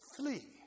Flee